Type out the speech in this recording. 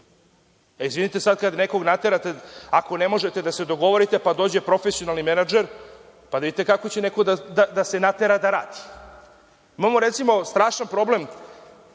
Izvinite, sad kad nekog naterate, ako ne možete da se dogovorite, pa dođe profesionalni menadžer, pa da vidite kako će neko da se natera da radi. Imamo, recimo, strašan problem,